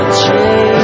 change